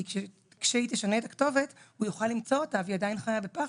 כי ברגע שהיא תשנה את הכתובת הוא יוכל למצוא אותה והיא חיה עדיין בפחד.